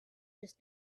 just